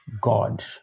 God